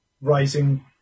rising